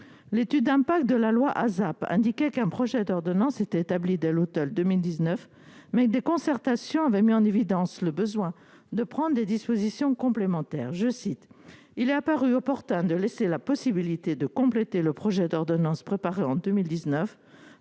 l'étude d'impact de la loi ASAP indiqué qu'un projet demain s'était établie dès l'Automne 2019 mais des concertations avaient mis en évidence le besoin de prendre des dispositions complémentaires, je cite, il est apparu opportun de laisser la possibilité de compléter le projet d'ordonnance préparé en 2019